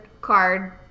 card